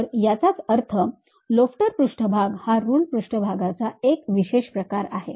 तर याचाच अर्थ लोफ्टर पृष्ठभाग हा रुल्ड पृष्ठभागाचा एक विशेष प्रकार आहे